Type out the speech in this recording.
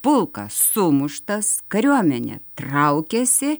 pulkas sumuštas kariuomenė traukiasi